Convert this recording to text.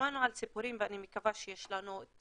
שמענו על סיפורים, ואני מקווה שיש לנו את